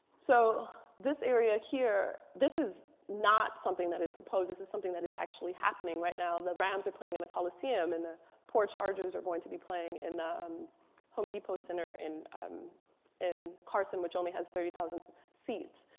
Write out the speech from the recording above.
so this area here, this is not something that is proposed. this is something that is actually happening right now. the rams are playing in the colosseum and the poor chargers are going to be playing in the um home depot center in um in carson, which only has thirty thousand seats.